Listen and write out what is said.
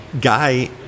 guy